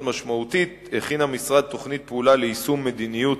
משמעותית הכין המשרד תוכנית פעולה ליישום מדיניות,